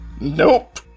Nope